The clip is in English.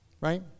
right